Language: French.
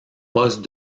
poste